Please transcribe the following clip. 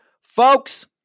Folks